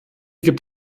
gibt